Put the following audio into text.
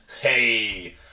Hey